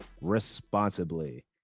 responsibly